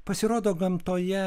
pasirodo gamtoje